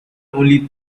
only